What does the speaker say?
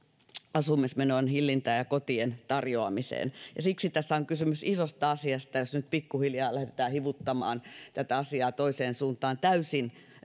asumismenojen hillintään ja kotien tarjoamiseen siksi tässä on kysymys isosta asiasta jos nyt pikku hiljaa lähdetään hivuttamaan tätä asiaa toiseen suuntaan täysin